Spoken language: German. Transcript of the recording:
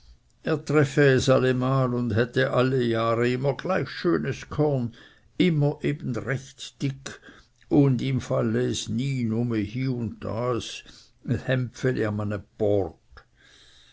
treffe es allemal und hätte alle jahre immer gleich schönes korn immer ebenrecht dick und ihm falle es nie nume hie und da öppe es